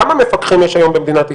כמה מפקחים יש היום במדינת ישראל?